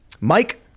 Mike